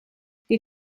che